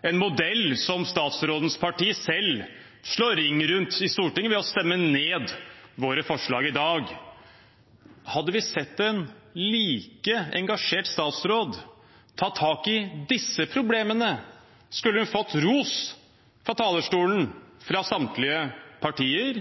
en modell som statsrådens parti selv slår ring rundt i Stortinget ved å stemme ned våre forslag i dag. Hadde vi sett en like engasjert statsråd ta tak i disse problemene, ville hun fått ros fra talerstolen fra samtlige partier.